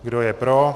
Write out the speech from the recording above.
Kdo je pro?